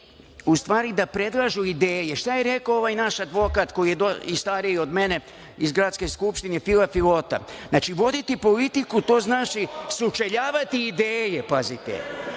u stvari da predlažu ideje. Šta je rekao ovaj naš advokat, koji je i stariji od mene, iz Gradske skupštine, Fila, znači voditi politiku to znači sučeljavati ideje.